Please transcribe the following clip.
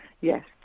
yes